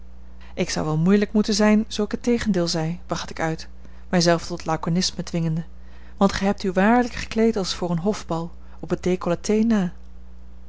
ik zou wel moeielijk moeten zijn zoo ik het tegendeel zei bracht ik uit mij zelven tot laconisme dwingende want gij hebt u waarlijk gekleed als voor een hofbal op het decolleté na